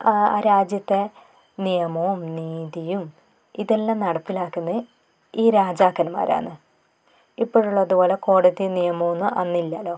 ആ ആ രാജ്യത്തെ നിയമവും നീതിയും ഇതെല്ലാം നടപ്പിലാക്കുന്നത് ഈ രാജാക്കന്മാരാണ് ഇപ്പോഴുള്ളത് പോലെ കോടതി നിയമവും ഒന്നും അന്നില്ലല്ലോ